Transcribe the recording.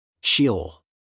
Sheol